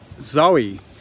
Zoe